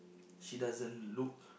she doesn't look